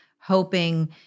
hoping